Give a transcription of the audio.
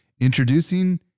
Introducing